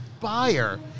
buyer